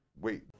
Wait